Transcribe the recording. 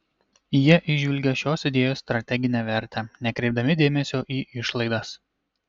jie įžvelgė šios idėjos strateginę vertę nekreipdami dėmesio į išlaidas